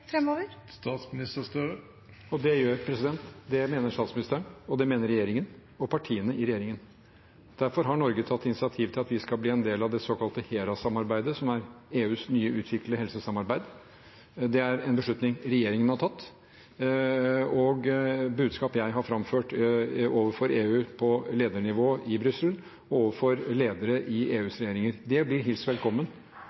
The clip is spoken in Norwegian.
fremover? Det mener statsministeren, det mener regjeringen, og det mener partiene i regjeringen. Derfor har Norge tatt initiativ til at vi skal bli en del av det såkalte HERA-samarbeidet, som er EUs nyutviklede helsesamarbeid. Det er en beslutning regjeringen har tatt, og budskap jeg har framført overfor EU på ledernivå i Brussel og overfor ledere i